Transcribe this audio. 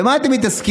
במה אתם מתעסקים?